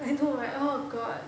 I know right oh god